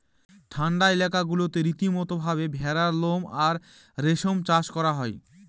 ঠান্ডা এলাকা গুলাতে রীতিমতো ভাবে ভেড়ার লোম আর রেশম চাষ করা হয়